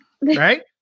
right